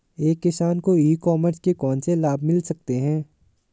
एक किसान को ई कॉमर्स के कौनसे लाभ मिल सकते हैं?